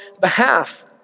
behalf